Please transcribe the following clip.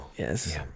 Yes